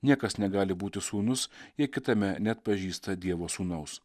niekas negali būti sūnus jei kitame neatpažįsta dievo sūnaus